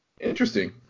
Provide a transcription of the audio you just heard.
Interesting